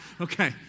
Okay